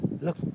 Look